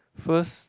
first